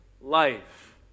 life